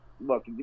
Look